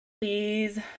please